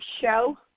show